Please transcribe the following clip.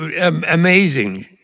amazing